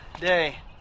Day